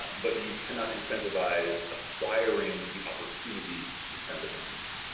but you cannot incentivize acquiring the opportunity to send a message.